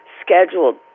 scheduled